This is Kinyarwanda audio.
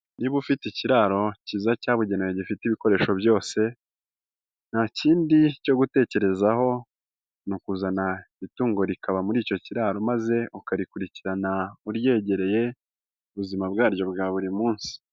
Niba ufite ikiraro kiza cyabugenewe gifite ibikoresho byose nta kindi cyo gutekerezaho, ni ukuzana itungo rikaba muri icyo kiraro maze ukarikurikirana uryegereye ubuzima bwaryo bwa buri munsi.